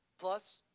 plus